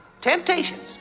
temptations